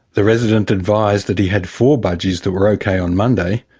the resident advised that he had four budgies that were ok on monday.